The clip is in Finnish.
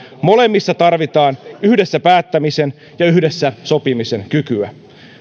molemmissa tarvitaan yhdessä päättämisen ja yhdessä sopimisen kykyä